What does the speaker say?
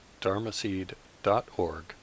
dharmaseed.org